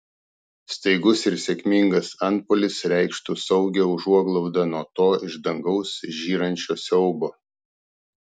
staigus ir sėkmingas antpuolis reikštų saugią užuoglaudą nuo to iš dangaus žyrančio siaubo